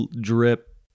drip